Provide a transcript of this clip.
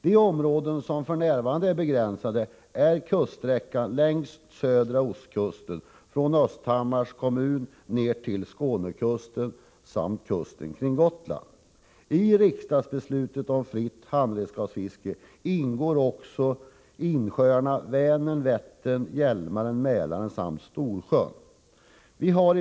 De områden som f. n. är begränsade är kuststräckan längs södra ostkusten från Östhammars kommun och ned till Skånekusten samt kusten kring Gotland. Riksdagsbeslutet om fritt handredskapsfiske gäller också insjöarna Vänern, Vättern, Hjälmaren, Mälaren och Storsjön.